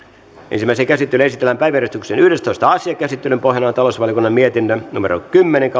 ensimmäiseen käsittelyyn esitellään päiväjärjestyksen yhdestoista asia käsittelyn pohjana on talousvaliokunnan mietintö kymmenen